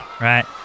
Right